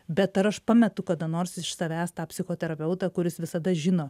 bet ar aš pametu kada nors iš savęs tą psichoterapeutą kuris visada žino